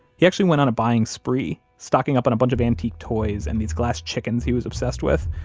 he actually went on a buying spree, stocking up on a bunch of antique toys and these glass chickens he was obsessed with,